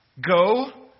Go